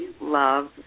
love